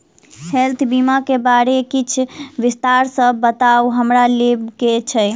Health बीमा केँ बारे किछ विस्तार सऽ बताउ हमरा लेबऽ केँ छयः?